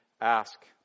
ask